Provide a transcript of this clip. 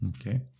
Okay